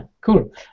cool